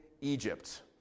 Egypt